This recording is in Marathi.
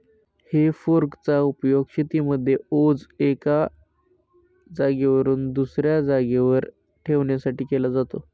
हे फोर्क चा उपयोग शेतीमध्ये ओझ एका जागेवरून दुसऱ्या जागेवर ठेवण्यासाठी केला जातो